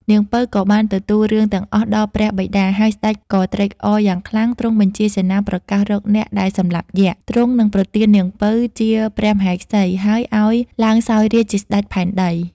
នាងពៅ ក៏បានទៅទូលរឿងទាំងអស់ដល់ព្រះបិតា ហើយស្តេចក៏ត្រេកអរយ៉ាងខ្លាំង ទ្រង់បញ្ជាសេនាប្រកាសរកអ្នកដែលសម្លាប់យក្ខ ទ្រង់នឹងប្រទាននាងពៅ ជាព្រះមហេសី ហើយឱ្យឡើងសោយរាជ្យជាស្តេចផែនដី។។